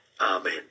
Amen